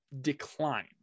decline